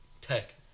tech